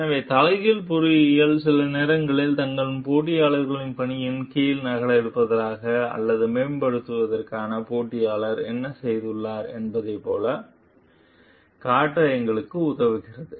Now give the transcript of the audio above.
எனவே தலைகீழ் பொறியியல் சில நேரங்களில் தங்கள் போட்டியாளரின் பணியின் கீழ் நகலெடுப்பதற்காக அல்லது மேம்படுத்துவதற்காக போட்டியாளர் என்ன செய்துள்ளார் என்பதைப் போல காட்ட எங்களுக்கு உதவுகிறது